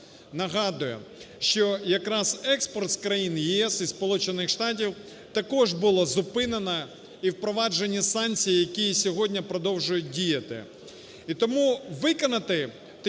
Нагадую, що якраз експорт з країн ЄС і Сполучених Штатів також було зупинено і впроваджені санкції, які і сьогодні продовжують діяти. І тому виконати